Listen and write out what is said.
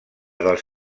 dels